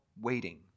waiting